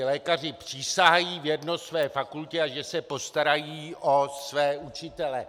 Lékaři přísahají věrnost své fakultě, a že se postarají o své učitele.